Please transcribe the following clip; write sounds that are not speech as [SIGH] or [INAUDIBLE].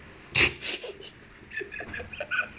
[LAUGHS]